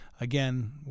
again